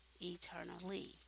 eternally